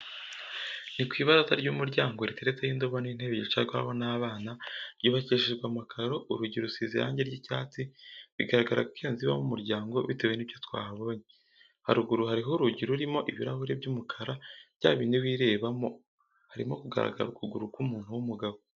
Ni ku ibaraza ry'umuryango riteretseho indobo n'intebe yicarwaho n'abana, ryubakishishwe amakaro, urugi rusizwe irange ry'icyatsi, bigaragara ko iyo nzu ibamo umuryango bitewe n'ibyo twahabonye. Haruguru hariho urugi rurimo ibirahure by'umukara, byabindi wirebamo, harimo kugaragara akaguru ku muntu w'umugabo.